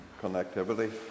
connectivity